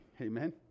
Amen